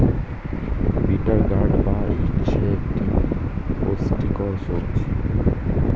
bitter gourd বা উচ্ছে একটি পুষ্টিকর সবজি